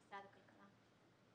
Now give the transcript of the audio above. הכלכלה.